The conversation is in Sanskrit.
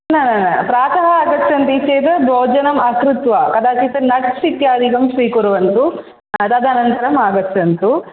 न न न प्रातः आगच्छन्ति चेद् भोजनम् अकृत्वा कदाचित् नट्स् इत्यादिकं स्वीकुर्वन्तु तदनन्तरम् आगच्छन्तु